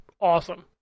Awesome